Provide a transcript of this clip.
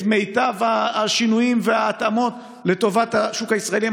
את מיטב השינויים וההתאמות לטובת השוק הישראלי.